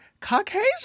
Caucasian